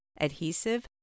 adhesive